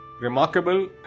remarkable